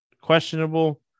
questionable